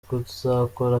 kuzakora